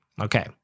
Okay